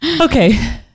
Okay